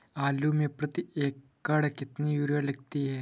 आलू में प्रति एकण कितनी यूरिया लगती है?